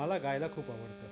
मला गायला खूप आवडतं